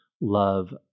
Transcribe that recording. love